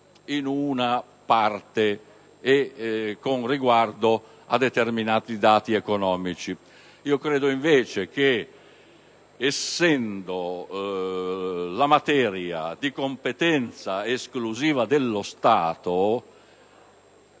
delle Regioni con riguardo a determinati dati economici. Credo invece che, essendo la materia di competenza esclusiva dello Stato,